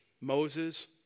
Moses